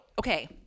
okay